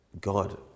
God